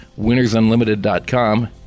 winnersunlimited.com